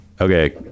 Okay